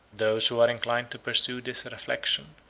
those who are inclined to pursue this reflection,